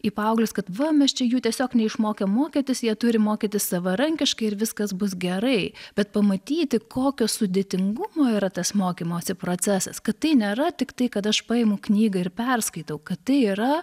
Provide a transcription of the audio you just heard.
į paauglius kad va mes čia jų tiesiog neišmokė mokytis jie turi mokytis savarankiškai ir viskas bus gerai bet pamatyti kokio sudėtingumo yra tas mokymosi procesas kad tai nėra tiktai kad aš paimu knygą ir perskaitau kad tai yra